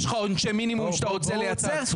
יש לך עונשי מינימום שאתה רוצה לייצר?